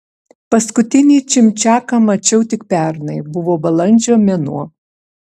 paskutinį čimčiaką mačiau tik pernai buvo balandžio mėnuo